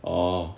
oh